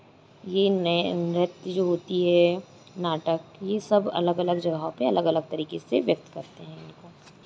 ये नए नृत्य जो होती है नाटक ये सब अलग अलग जगहों पे अलग अलग तरीके से व्यक्त करते हैं इनको